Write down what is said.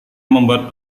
membuat